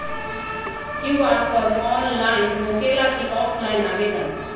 QR form online होकेला कि offline आवेदन?